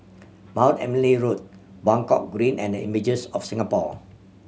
Mount Emily Road Buangkok Green and Images of Singapore